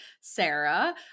Sarah